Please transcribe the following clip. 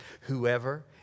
Whoever